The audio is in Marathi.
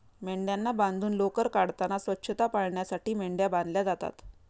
मेंढ्यांना बांधून लोकर काढताना स्वच्छता पाळण्यासाठी मेंढ्या बांधल्या जातात